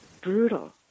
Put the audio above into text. Brutal